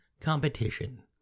competition